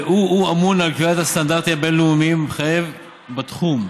והוא אמון על קביעת הסטנדרט הבין-לאומי המחייב בתחום.